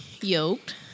yoked